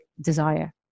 desire